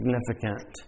significant